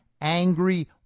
angry